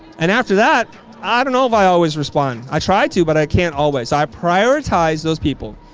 and after that i don't know if i always respond. i tried to but i can't always i prioritize those people.